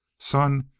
son,